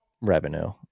revenue